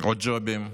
עוד ג'ובים,